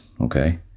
okay